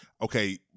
Okay